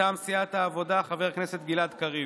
מטעם סיעת העבודה, חבר הכנסת גלעד קריב,